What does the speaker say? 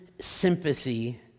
sympathy